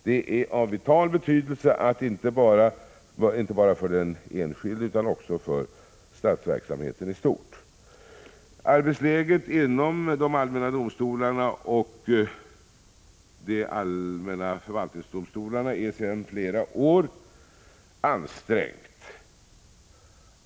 Detta har vital betydelse inte bara för de enskilda medborgarna utan också för statsverksamheten i stort. Arbetsläget inom de allmänna domstolarna och de allmänna förvaltningsdomstolarna är sedan flera år ansträngt.